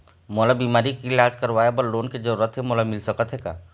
मोला बीमारी के इलाज करवाए बर लोन के जरूरत हे मोला मिल सकत हे का?